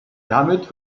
damit